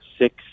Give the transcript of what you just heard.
six